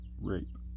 rape